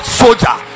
soldier